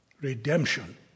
Redemption